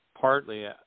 partly –